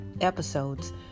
Episodes